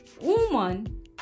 woman